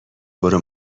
برو